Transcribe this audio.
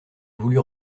voulût